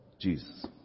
Jesus